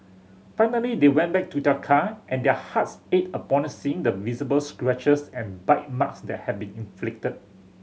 finally they went back to their car and their hearts ached upon seeing the visible scratches and bite marks that had been inflicted